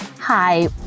Hi